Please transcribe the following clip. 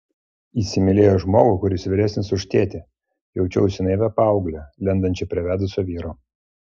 įsimylėjo žmogų kuris vyresnis už tėtį jaučiausi naivia paaugle lendančia prie vedusio vyro